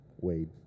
Wade